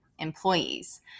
employees